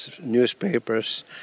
newspapers